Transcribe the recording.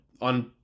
on